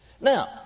Now